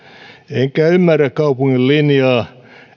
enkä ymmärrä kaupungin linjaa